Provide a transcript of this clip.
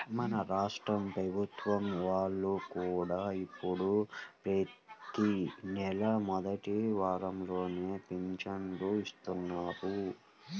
మన రాష్ట్ర ప్రభుత్వం వాళ్ళు కూడా ఇప్పుడు ప్రతి నెలా మొదటి వారంలోనే పింఛను ఇత్తన్నారు